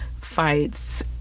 fights